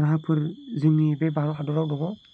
राहाफोर जोंनि बे भारत हादराव दङ